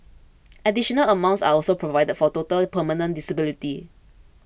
additional amounts are also provided for total permanent disability